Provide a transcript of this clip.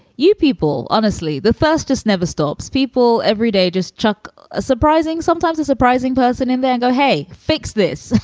you people, honestly, the fastest never stops people everyday. just chuck a surprising, sometimes a surprising person and then go, hey, fix this.